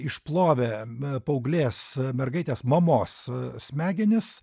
išplovė m paauglės mergaitės mamos smegenis